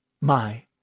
My